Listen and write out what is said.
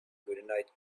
coordinate